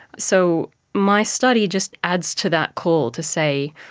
so my study just adds to that call, to say,